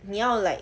你要 like